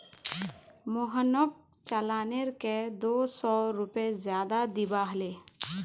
मोहनक चालानेर के दो सौ रुपए ज्यादा दिबा हले